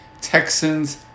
texans